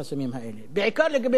בעיקר לגבי תעסוקת נשים.